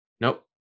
Nope